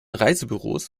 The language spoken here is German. reisebüros